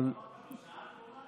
אבל, אמרת: בשעה הקרובה?